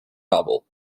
novel